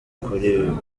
kuri